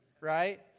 right